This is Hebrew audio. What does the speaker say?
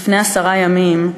לפני עשרה ימים,